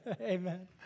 Amen